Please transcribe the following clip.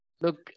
Look